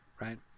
right